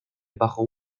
bajo